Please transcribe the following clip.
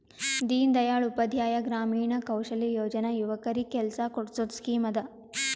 ದೀನ್ ದಯಾಳ್ ಉಪಾಧ್ಯಾಯ ಗ್ರಾಮೀಣ ಕೌಶಲ್ಯ ಯೋಜನಾ ಯುವಕರಿಗ್ ಕೆಲ್ಸಾ ಕೊಡ್ಸದ್ ಸ್ಕೀಮ್ ಅದಾ